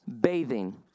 bathing